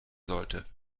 sollte